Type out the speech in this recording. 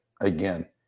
again